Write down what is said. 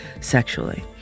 sexually